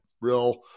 Real